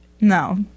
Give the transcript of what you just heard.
No